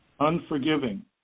unforgiving